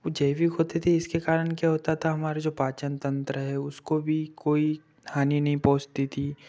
वो जैविक होते थे इसके कारण क्या होता था हमारे जो पाचन तंत्र है उसको भी कोई हानि नहीं पहुंचती थी